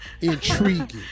Intriguing